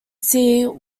see